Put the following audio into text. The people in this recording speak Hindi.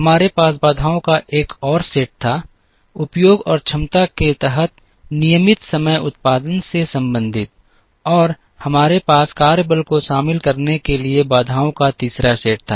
हमारे पास बाधाओं का एक और सेट था उपयोग और क्षमता के तहत नियमित समय उत्पादन से संबंधित और हमारे पास कार्यबल को शामिल करने के लिए बाधाओं का तीसरा सेट था